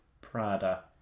Prada